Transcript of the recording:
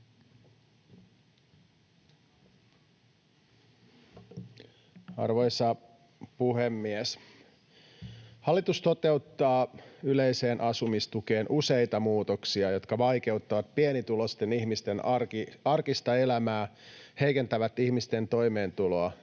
Arvoisa puhemies! Hallitus toteuttaa yleiseen asumistukeen useita muutoksia, jotka vaikeuttavat pienituloisten ihmisten arkista elämää ja heikentävät ihmisten toimeentuloa